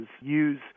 use